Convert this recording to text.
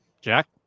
Jack